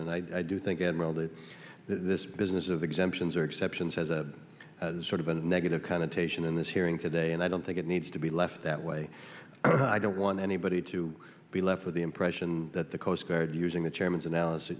and i do think admiral that this business of exemptions or exceptions has a sort of a negative connotation in this hearing today and i don't think it needs to be left that way i don't want anybody to be left with the impression that the coast guard using the chairman's analysis